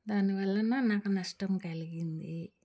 దానివల్లన నాకు నష్టం కలిగింది